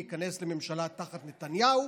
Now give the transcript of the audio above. להיכנס לממשלה תחת נתניהו,